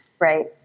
Right